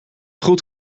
goed